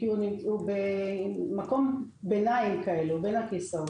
הוא במקום ביניים, בין הכיסאות.